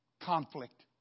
conflict